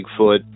Bigfoot